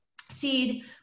seed